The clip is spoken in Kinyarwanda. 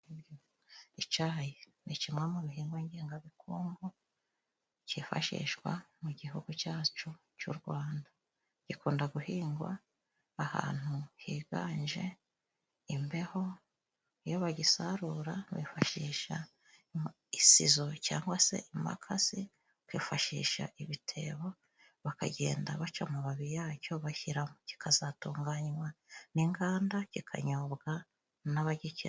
Icayi ni kimwe mu bihingwa ngengabukungu cyifashishwa mu gihugu cyacu cy'u Rwanda. Gikunda guhingwa ahantu higanje imbeho. Iyo bagisarura bifashisha isizo cyangwa se imakasi bifashisha ibitebo, bakagenda baca amababi yacyo bashyiramo kikazatunganywa n'inganda kikanyobwa n'abagikeneye.